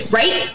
right